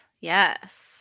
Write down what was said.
yes